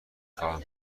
خواهم